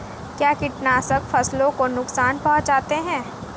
क्या कीटनाशक फसलों को नुकसान पहुँचाते हैं?